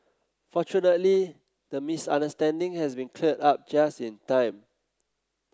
fortunately the misunderstanding has been cleared up just in time